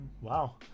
Wow